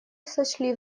сочли